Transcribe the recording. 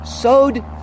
sewed